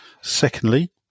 Secondly